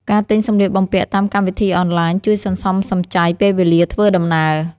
ការទិញសម្លៀកបំពាក់តាមកម្មវិធីអនឡាញ ជួយសន្សំសំចៃពេលវេលាធ្វើដំណើរ។